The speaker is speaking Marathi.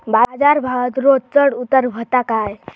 बाजार भावात रोज चढउतार व्हता काय?